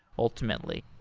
ultimately.